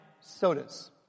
Sodas